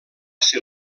ser